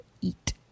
eat